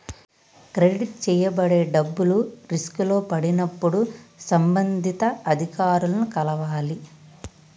credit చేయబడే డబ్బులు రిస్కులో పడినప్పుడు సంబంధిత అధికారులను కలవాలి